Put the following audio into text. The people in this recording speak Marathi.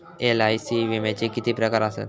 एल.आय.सी विम्याचे किती प्रकार आसत?